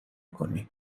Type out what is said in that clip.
کنی